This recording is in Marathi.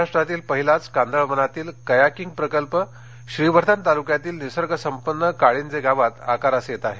महाराष्ट्रातील पहिलाच कांदळवनातील कयार्किंग प्रकल्प श्रीवर्धन तालुक्यातील निसर्गसंपन्न काळींजे गावात आकारास येत आहे